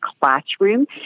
classroom